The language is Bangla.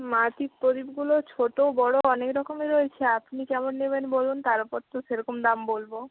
মাটির প্রদীপগুলো ছোটো বড়ো অনেক রকমে রয়েছে আপনি কেমন নেবেন বলুন তার ওপর তো সেরকম দাম বলবো